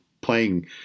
playing